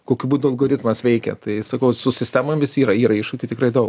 kokiu būdu algoritmas veikia tai sakau su sistemomis yra yra iššūkių tikrai daug